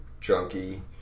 junkie